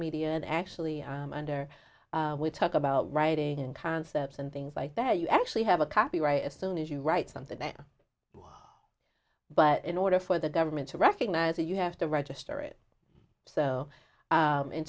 media and actually under way talk about writing and concepts and things like that you actually have a copyright as soon as you write something there but in order for the government to recognize that you have to register it so